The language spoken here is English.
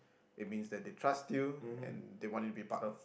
it means that they trust you and they want to be a part of